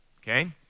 Okay